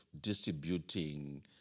distributing